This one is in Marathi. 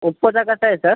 ओप्पोचा कसा आहे सर